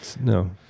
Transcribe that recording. No